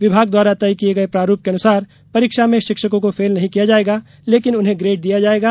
विभाग द्वारा तय किये गये प्रारूप के अनुसार परीक्षा में शिक्षकों को फेल नहीं किया जाएगा लेकिन उन्हें ग्रेड दिया जाएगा